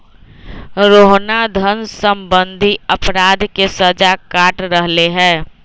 रोहना धन सम्बंधी अपराध के सजा काट रहले है